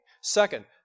Second